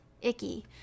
Icky